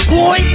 boy